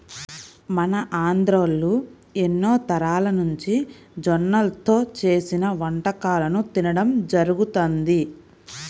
మన ఆంధ్రోల్లు ఎన్నో తరాలనుంచి జొన్నల్తో చేసిన వంటకాలను తినడం జరుగతంది